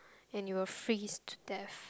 and you will freeze death